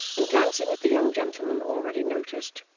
and glancing at the young gentleman already noticed,